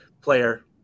player